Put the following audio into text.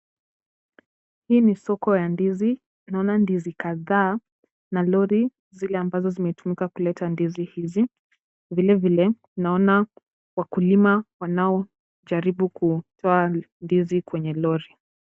Hii ni soko ya ndizi. Naona ndizi kadhaa na lori zile ambazo zimetumika kuleta ndizi hizi. Vile vile naona wakulima wanaojaribu kutoa ndizi kwenye lori.